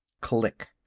click!